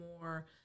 more